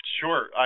Sure